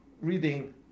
reading